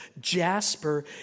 jasper